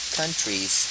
countries